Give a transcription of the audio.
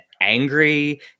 angry